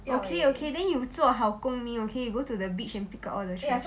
okay okay then you 做好公民 okay you go to the beach and pick up all trash